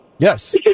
yes